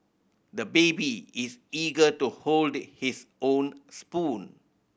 the baby is eager to hold his own spoon